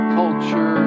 culture